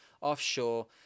offshore